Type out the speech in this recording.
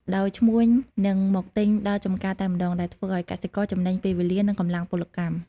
ដោយឈ្មួញនឹងមកទិញដល់ចម្ការតែម្ដង ដែលធ្វើឱ្យកសិករចំណេញពេលវេលា និងកម្លាំងពលកម្ម។